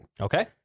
Okay